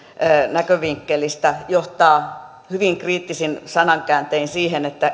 näkövinkkelistä johtaa hyvin kriittisin sanakääntein siihen että